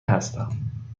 هستم